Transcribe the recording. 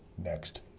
next